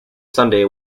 sunday